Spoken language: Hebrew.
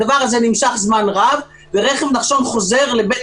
הדבר הזה נמשך זמן רב ורכב נחשון חוזר לבית